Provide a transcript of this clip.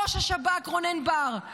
ראש השב"כ רונן בר,